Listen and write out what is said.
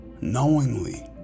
knowingly